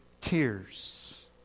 tears